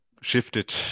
shifted